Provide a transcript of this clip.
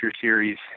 series